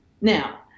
now